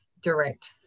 direct